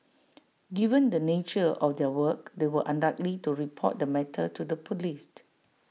given the nature of their work they were unlikely to report the matter to the Police